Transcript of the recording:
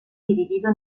dividido